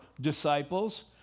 disciples